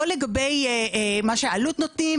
לא לגבי מה שאלו"ט נותנים,